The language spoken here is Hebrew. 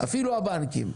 אפילו הבנקים,